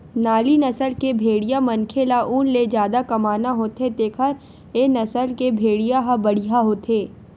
नाली नसल के भेड़िया मनखे ल ऊन ले जादा कमाना होथे तेखर ए नसल के भेड़िया ह बड़िहा होथे